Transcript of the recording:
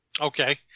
Okay